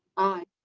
i.